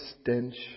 stench